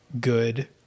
good